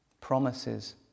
promises